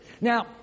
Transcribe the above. Now